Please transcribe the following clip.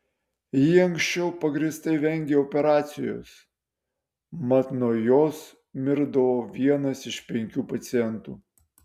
ji anksčiau pagrįstai vengė operacijos mat nuo jos mirdavo vienas iš penkių pacientų